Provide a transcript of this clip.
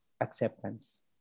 acceptance